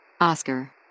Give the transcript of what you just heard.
Oscar